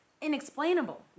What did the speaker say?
inexplainable